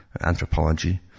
anthropology